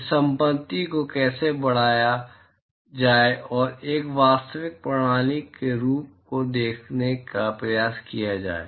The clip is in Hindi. इस संपत्ति को कैसे बढ़ाया जाए और एक वास्तविक प्रणाली के गुणों को देखने का प्रयास किया जाए